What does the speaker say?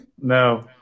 No